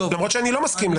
למרות שאני לא מסכים לזה.